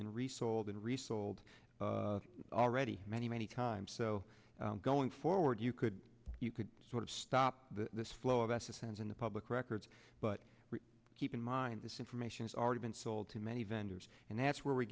and resold and resold already many many times so going forward you could you could sort of stop this flow of us a sense in the public records but keep in mind this information is already been sold to many vendors and that's where we